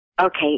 Okay